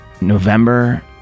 November